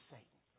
Satan